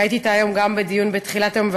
הייתי אתה היום גם בדיון בתחילת היום,